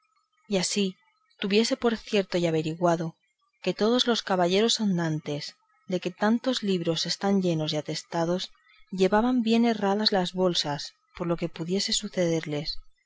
y así tuviese por cierto y averiguado que todos los caballeros andantes de que tantos libros están llenos y atestados llevaban bien herradas las bolsas por lo que pudiese sucederles